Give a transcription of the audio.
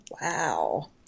wow